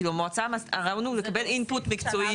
כי במועצה הוא מקבל Input מקצועי.